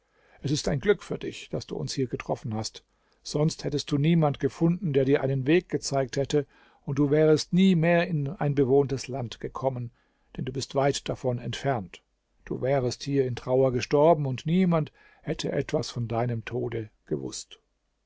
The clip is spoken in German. es ist ein glück für dich daß du uns hier getroffen hast sonst hättest du niemand gefunden der dir einen weg gezeigt hätte und du wärest nie mehr in ein bewohntes land gekommen denn du bist weit davon entfernt du wärest hier in trauer gestorben und niemand hätte etwas von deinem tode gewußt